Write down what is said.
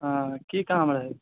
हँ की काम रहै